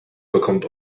bekommt